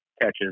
catches